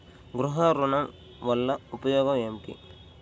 గృహ ఋణం వల్ల ఉపయోగం ఏమి?